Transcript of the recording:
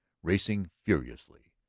racing furiously.